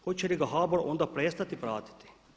Hoće li ga HBOR onda prestati pratiti?